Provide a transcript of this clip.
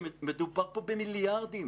מדובר פה במיליארדים.